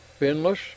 finless